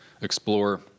explore